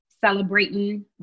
celebrating